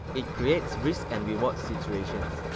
it creates risk and reward situations.